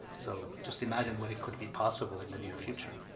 so just imagine what it could be possible in the near future.